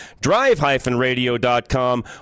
drive-radio.com